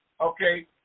Okay